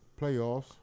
playoffs